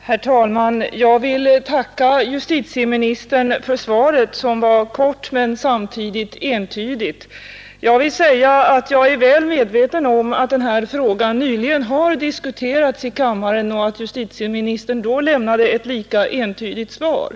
Herr talman! Jag vill tacka justitieministern för svaret, som var kort men samtidigt entydigt. Jag är väl medveten om att den här frågan nyligen har diskuterats i kammaren och att justitieministern då lämnade ett lika entydigt svar.